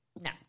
No